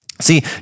See